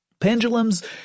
Pendulums